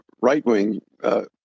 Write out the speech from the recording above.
right-wing